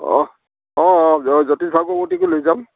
অঁ অঁ অঁ জ জ্যোতিষ ভাগৱতীকো লৈ যাম